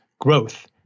growth